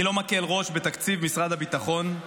אני לא מקל ראש בתקציב משרד הביטחון,